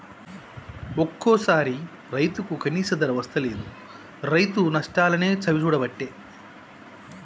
ఒక్కోసారి రైతుకు కనీస ధర వస్తలేదు, రైతు నష్టాలనే చవిచూడబట్టే